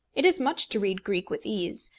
it is much to read greek with ease,